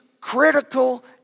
critical